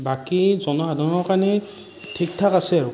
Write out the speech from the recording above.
বাকী জনসাধাৰণৰ কাৰণে ঠিকঠাক আছে আৰু